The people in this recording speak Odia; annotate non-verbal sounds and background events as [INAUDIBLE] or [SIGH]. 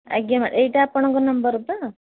ଆଜ୍ଞା [UNINTELLIGIBLE] ଏଇଟା ଆପଣଙ୍କ ନମ୍ବର ତ